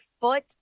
foot